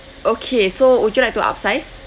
okay so would you like to upsize